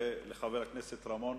ולחבר הכנסת רמון,